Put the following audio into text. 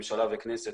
ממשלה וכנסת,